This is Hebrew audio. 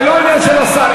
זה לא העניין של השר,